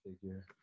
figure